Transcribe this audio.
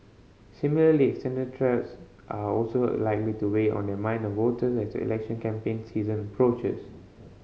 similarly threats are also likely to weigh on the minds of voters as the election campaign season approaches